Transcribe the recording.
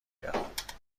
گردد